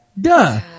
Duh